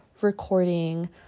recording